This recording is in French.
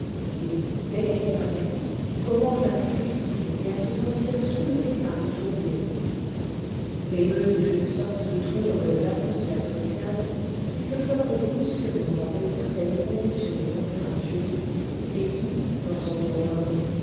et dès qu'elle paraît commence à frissonner et à se sentir soulevé par le tourbillon l'émeute est une sorte de trombe de l'atmosphère sociale qui se forme brusquement dans de certaines conditions de température et qui dans son tournoiement